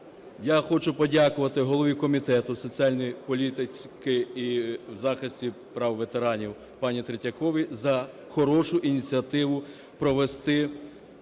я хочу подякувати голові Комітету соціальної політики і захисту прав ветеранів пані Третьяковій за хорошу ініціативу провести